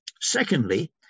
secondly